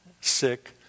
sick